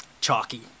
Chalky